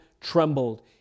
trembled